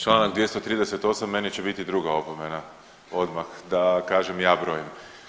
Čl. 238., meni će biti druga opomena, odmah da kažem ja brojim.